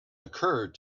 occur